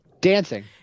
Dancing